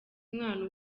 umwana